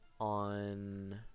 on